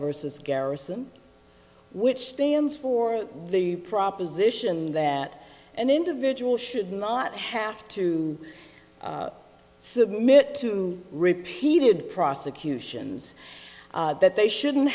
versus garrison which stands for the proposition that an individual should not have to submit to repeated prosecutions that they shouldn't